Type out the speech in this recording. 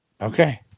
okay